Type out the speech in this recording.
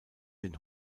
den